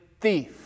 thief